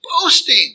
boasting